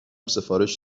سفارش